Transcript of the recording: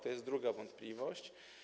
To jest druga wątpliwość.